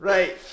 Right